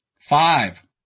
Five